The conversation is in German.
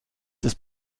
ist